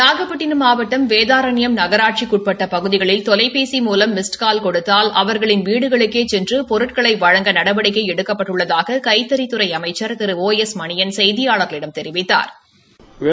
நாகப்பட்டினம் மாவட்டம் வேதாரண்யம் நகராட்சிக்கு உட்பட்ட பகுதிகளில் தொலைபேசி மூலம் மிஸ்டு கால் கொடுத்தால் அவர்களின் வீடுகளுக்கே சென்று பொருட்களை வழங்க நடவடிக்கை எடுக்கப்பட்டுள்ளதாக கைத்தறித்துறை அமைச்ச் திரு ஓ எஸ் மணியன் செய்தியாளாகளிடம் தெரிவித்தாா்